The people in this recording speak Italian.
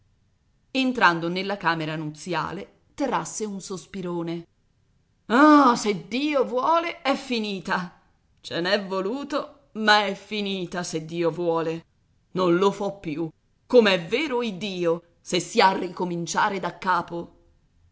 entrando nella camera nuziale trasse un sospirone ah se dio vuole è finita ce n'è voluto ma è finita se dio vuole non lo fo più com'è vero iddio se si ha a ricominciare da capo